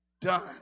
done